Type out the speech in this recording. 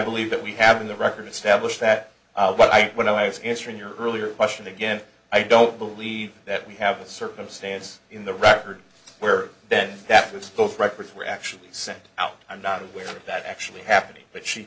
believe that we have in the record established that but i when i was answering your earlier question again i don't believe that we have a circumstance in the record where then that was both records were actually sent out i'm not aware of that actually happening but she